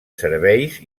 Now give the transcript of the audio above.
serveis